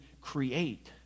create